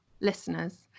listeners